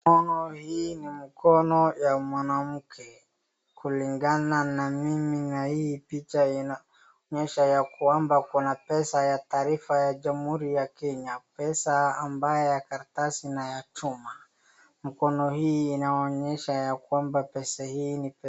Hii ni mkono wa mwanamke kulingana na mimi, na picha inaonyesha kuwa kuna pesa za Jamhuri ya Kenya, ambazo ni za karatasi na chuma. Mkono huu unaonyesha wazi pesa hizi, ikionyesha kuwa ni pesa halali.